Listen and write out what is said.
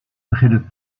beginnen